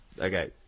Okay